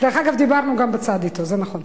דרך אגב, דיברנו גם בצד אתו, זה נכון.